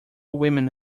women